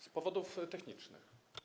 Z powodów technicznych.